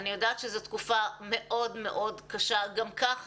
אני יודעת שזאת תקופה מאוד מאוד קשה גם ככה,